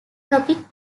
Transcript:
topic